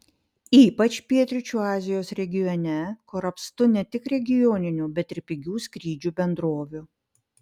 ypač pietryčių azijos regione kur apstu ne tik regioninių bet ir pigių skrydžių bendrovių